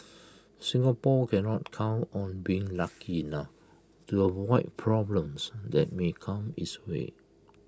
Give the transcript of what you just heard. Singapore cannot count on being lucky enough to avoid problems that may come its way